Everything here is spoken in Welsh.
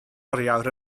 oriawr